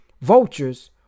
vultures